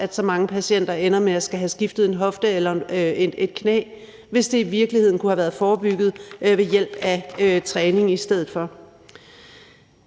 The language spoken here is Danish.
at så mange patienter ender med at skulle have skiftet en hofte eller et knæ, hvis det i virkeligheden kunne have været forebygget ved hjælp af træning i stedet for.